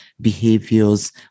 behaviors